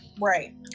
Right